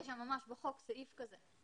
יש ממש בחוק סעיף כזה.